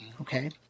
Okay